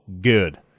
good